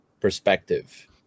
perspective